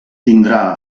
tindrà